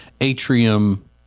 Atrium